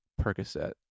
Percocet